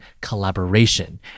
collaboration